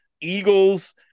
Eagles